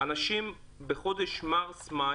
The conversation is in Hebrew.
אנשים שכלל לא עבדו בחודשים מרס-מאי,